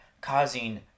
causing